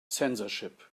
censorship